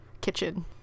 kitchen